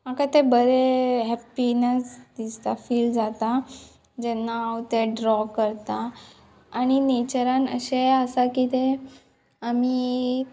म्हाका तें बरे हॅप्पिनस दिसता फील जाता जेन्ना हांव तें ड्रॉ करतां आनी नेचरान अशेंय आसा की तें आमी